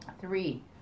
Three